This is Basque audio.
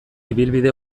ibilbide